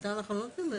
בקליטה אנחנו לא נותנים.